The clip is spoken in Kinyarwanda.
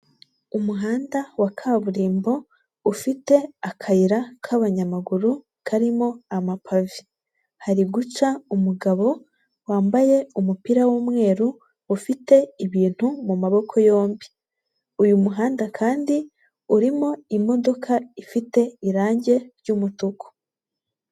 Umuhanda wa kaburimbo ufite akayira k'abanyamaguru karimo amapave, hari guca umugabo wambaye umupira w'umweru ufite ibintu mu maboko yombi; uyu muhanda kandi urimo imodoka ifite irangi ry'umutuku.